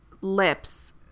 lips